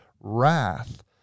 wrath